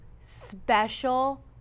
special